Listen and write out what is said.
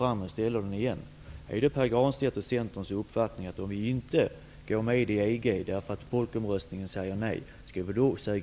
Jag ställer den igen: Är det Pär Granstedts och Centerns uppfattning att vi skall säga upp EES-avtalet om det blir ett nej i folkomröstningen om EG?